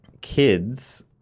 kids